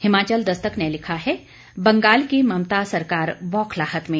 हिमाचल दस्तक ने लिखा है बंगाल की ममता सरकार बौखलाहट में